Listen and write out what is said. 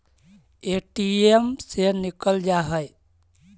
ATM से निकल जा है?